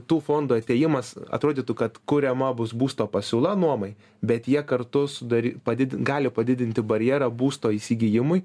tų fondų atėjimas atrodytų kad kuriama bus būsto pasiūla nuomai bet jie kartu sudary padidin gali padidinti barjerą būsto įsigijimui